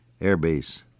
airbase